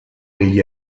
degli